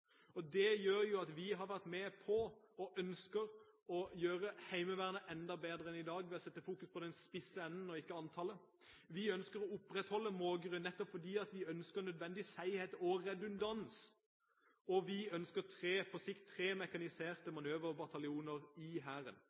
først. Det gjør at vi har vært med på – og ønsker – å gjøre Heimevernet enda bedre enn i dag ved å fokusere på den spisse enden og ikke antallet. Vi ønsker å opprettholde Mågerø, nettopp fordi vi ønsker nødvendig seighet og redundans. Vi ønsker på sikt tre mekaniserte manøverbataljoner i Hæren.